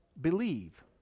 believe